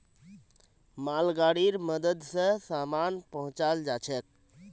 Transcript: मालगाड़ीर मदद स सामान पहुचाल जाछेक